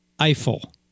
Eiffel